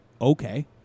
okay